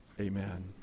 Amen